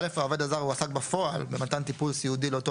העובד הזר הועסק בפועל במתן טיפול סיעודי לאותו